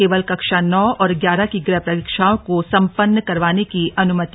केवल कक्षा नौ और ग्यारह की गुह परीक्षाओं को संपन्न करवाने की अनुमति